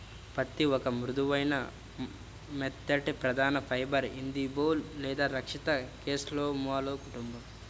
పత్తిఒక మృదువైన, మెత్తటిప్రధానఫైబర్ఇదిబోల్ లేదా రక్షిత కేస్లోమాలో కుటుంబం